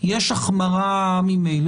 יש החמרה ממילא,